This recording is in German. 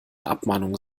abmahnung